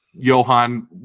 Johan